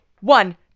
One